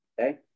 Okay